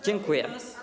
Dziękuję.